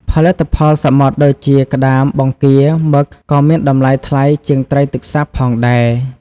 ផលិតផលសមុទ្រដូចជាក្តាម បង្គា មឹក ក៏មានតម្លៃថ្លៃជាងត្រីទឹកសាបផងដែរ។